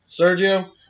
Sergio